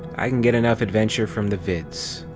i can get enough adventure from the vids.